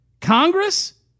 Congress